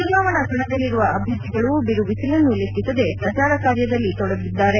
ಚುನಾವಣಾ ಕಣದಲ್ಲಿರುವ ಅಭ್ಯರ್ಥಿಗಳು ಬಿರುಬಿಸಿಲನ್ನೂ ಲೆಕ್ಕಿಸದೆ ಪ್ರಚಾರ ಕಾರ್ಯದಲ್ಲಿ ತೊಡಗಿದ್ದಾರೆ